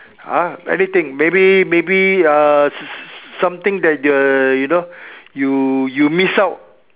ha anything maybe maybe uh s~ s~ something that the you know you you miss out